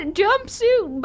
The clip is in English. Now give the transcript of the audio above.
jumpsuit